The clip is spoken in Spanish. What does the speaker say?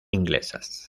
inglesas